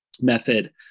method